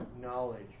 knowledge